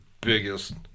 biggest